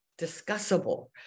discussable